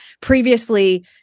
previously